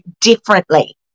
differently